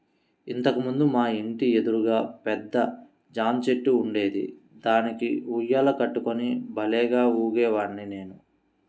ఇంతకు ముందు మా ఇంటి ఎదురుగా పెద్ద జాంచెట్టు ఉండేది, దానికి ఉయ్యాల కట్టుకుని భల్లేగా ఊగేవాడ్ని నేను